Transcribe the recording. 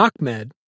Ahmed